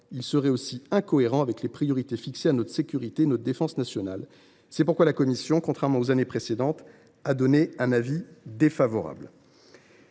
il est aussi incohérent avec les priorités fixées à notre sécurité et à notre défense nationale. C’est pourquoi la commission des affaires étrangères, contrairement aux années précédentes, a donné un avis défavorable